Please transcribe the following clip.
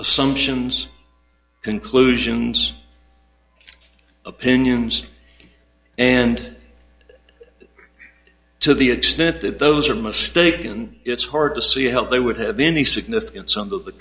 assumptions conclusions opinions and to the extent that those are mistaken it's hard to see help there would have been any significance on the